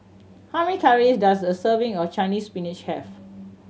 how many calories does a serving of Chinese Spinach have